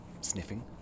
Sniffing